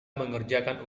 mengerjakan